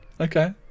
Okay